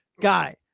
guy